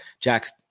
jax